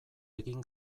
egin